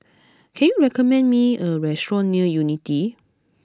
can you recommend me a restaurant near Unity